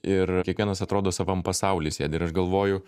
ir kiekvienas atrodo savam pasauly sėdi ir aš galvoju